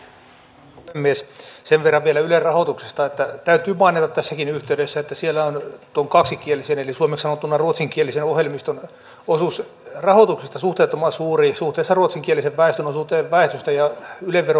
sen verran vielä ylen rahoituksesta täytyy mainita tässäkin yhteydessä että siellä on kaksikielisen eli suomeksi sanottuna ruotsinkielisen ohjelmiston osuus rahoituksesta suhteettoman suuri suhteessa ruotsinkielisen väestön osuuteen väestöstä ja yle veron maksajista